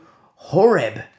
Horeb